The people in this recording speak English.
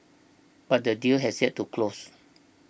but the deal has yet to close